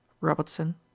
Robertson